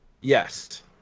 Yes